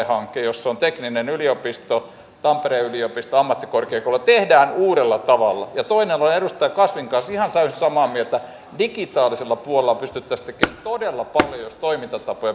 hanke jossa ovat teknillinen yliopisto tampereen yliopisto ammattikorkeakoulu ja jossa tehdään uudella tavalla ja toinen olen edustaja kasvin kanssa ihan täysin samaa mieltä digitaalisella puolella pystyttäisiin tekemään todella paljon jos toimintatapoja